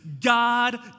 God